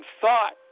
thought